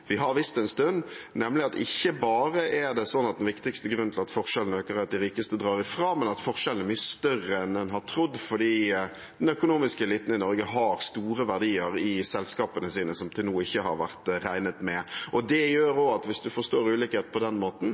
vi har visst en stund, nemlig at ikke bare er den viktigste grunnen til at forskjellene øker, at de rikeste drar ifra, men at forskjellene er mye større enn man har trodd, fordi den økonomiske eliten i Norge har store verdier i selskapene sine som til nå ikke har vært regnet med. Det gjør også at hvis man får større ulikhet på den måten,